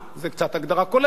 זה קצת הגדרה כוללת,